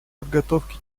подготовки